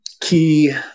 key